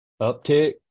uptick